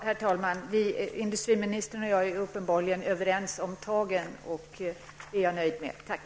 Herr talman! Industriministern och jag är uppenbarligen överens om tagen, och det är jag nöjd med. Tack!